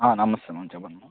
నమస్తే మ్యామ్ చెప్పండి మ్యామ్